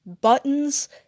buttons